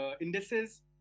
indices